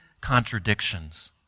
contradictions